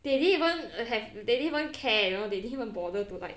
they didn't even have they didn't even care you know they didn't even bother to like